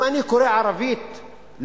אם אני קורא בערבית "לוד",